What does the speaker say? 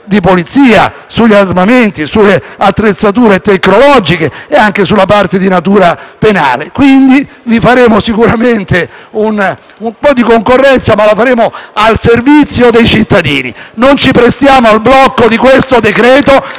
di polizia, sugli armamenti e sulle attrezzature tecnologiche e anche sulla parte di natura penale. Vi faremo sicuramente un po' di concorrenza, ma al servizio dei cittadini. Non ci presteremo al blocco di questo decreto-legge,